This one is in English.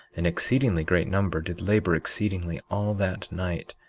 an exceedingly great number, did labor exceedingly all that night,